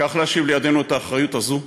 כך להשיב לידינו את האחריות הזו.